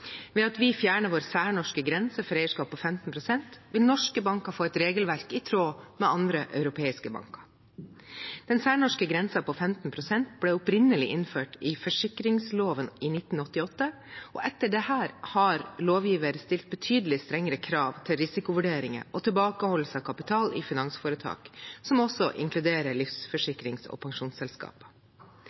Ved at vi fjerner vår særnorske grense for eierskap på 15 pst., vil norske banker få et regelverk i tråd med andre europeiske banker. Den særnorske grensen på 15 pst. ble opprinnelig innført i forsikringsloven i 1988. Etter det har lovgiver stilt betydelig strengere krav til risikovurderinger og tilbakeholdelse av kapital i finansforetak, som også inkluderer livsforsikrings- og